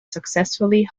successfully